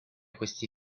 questi